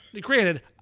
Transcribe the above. granted